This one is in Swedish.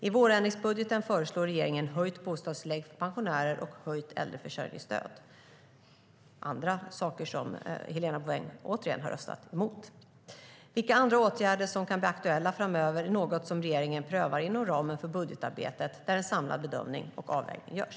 I vårändringsbudgeten föreslår regeringen höjt bostadstillägg för pensionärer och höjt äldreförsörjningsstöd - återigen saker som Helena Bouveng har röstat emot. Vilka andra åtgärder som kan bli aktuella framöver är något som regeringen prövar inom ramen för budgetarbetet, där en samlad bedömning och avvägning görs.